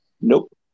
nope